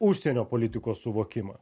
užsienio politikos suvokimą